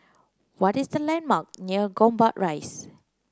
what is the landmark near Gombak Rise